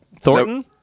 Thornton